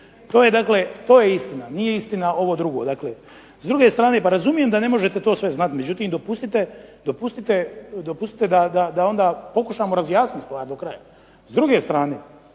To je istina, nije istina ovo drugo. S druge strane, pa razumijem da ne možete to sve znati, međutim dopustite da onda pokušamo razjasnit stvar do kraja. S druge strane,